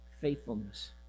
faithfulness